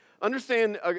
Understand